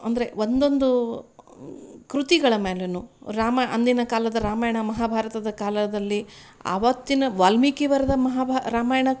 ಅಂದರೆ ಒಂದೊಂದು ಕೃತಿಗಳ ಮೇಲು ರಾಮ ಅಂದಿನ ಕಾಲದ ರಾಮಾಯಣ ಮಹಾಭಾರತದ ಕಾಲದಲ್ಲಿ ಆವತ್ತಿನ ವಾಲ್ಮೀಕಿ ಬರೆದ ಮಹಾ ಬಾ ರಾಮಾಯಣ